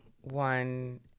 one